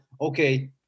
okay